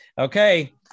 okay